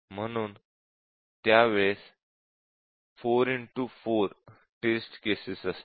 म्हणून त्यावेळेस 4 4 test cases असतील